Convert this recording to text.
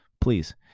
please